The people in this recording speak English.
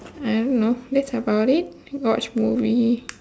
I don't know that's about it watch movie